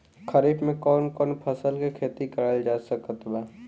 खरीफ मे कौन कौन फसल के खेती करल जा सकत बा?